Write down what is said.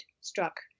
struck